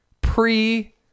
pre